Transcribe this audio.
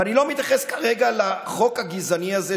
ואני לא מתייחס כרגע לחוק הגזעני הזה,